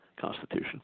Constitution